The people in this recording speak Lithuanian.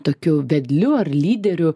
tokiu vedliu ar lyderiu